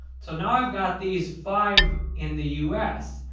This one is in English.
so, now i've got these five in the us.